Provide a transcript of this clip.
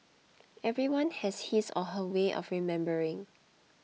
everyone has his or her way of remembering